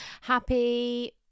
Happy